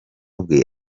bwe